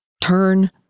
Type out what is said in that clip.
turn